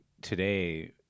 today